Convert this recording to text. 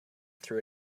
threw